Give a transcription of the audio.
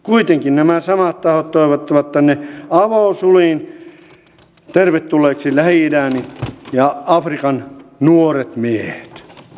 kuitenkin nämä samat tahot toivottavat tänne avosylin tervetulleiksi lähi idän ja afrikan nuoret miehet